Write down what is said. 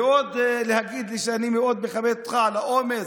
ועוד להגיד לי, ואני מאוד מכבד אותך על האומץ: